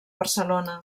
barcelona